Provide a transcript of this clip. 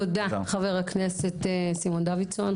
תודה חבר הכנסת סימון דוידסון.